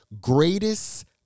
greatest